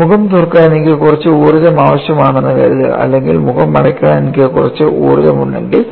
മുഖം തുറക്കാൻ എനിക്ക് കുറച്ച് ഊർജ്ജം ആവശ്യമാണെന്ന് കരുതുക അല്ലെങ്കിൽ മുഖം അടയ്ക്കാൻ എനിക്ക് കുറച്ച് ഊർജ്ജം ഉണ്ടെങ്കിൽ